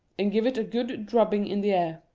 and give it a good drubbing in the air.